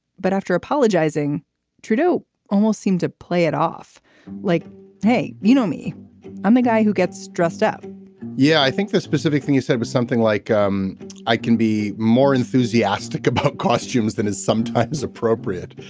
but after apologizing trudeau almost seemed to play it off like hey you know me i'm the guy who gets dressed up yeah i think the specific thing you said was something like um i can be more enthusiastic about costumes than is sometimes appropriate.